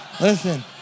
Listen